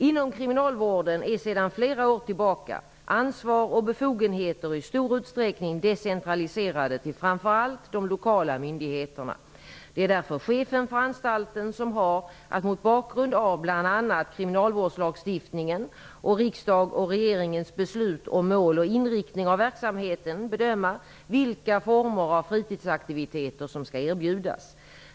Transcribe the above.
Inom kriminalvården är sedan flera år tillbaka ansvar och befogenheter i stor utsträckning decentraliserade till framför allt de lokala myndigheterna. Det är därför chefen för anstalten som har att, mot bakgrund av bl.a. kriminalvårdslagstiftningen och riksdagens och regeringens beslut om mål och inriktning av verksamheten, bedöma vilka former av fritidsaktiviteter som skall erbjudas.